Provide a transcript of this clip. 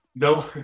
No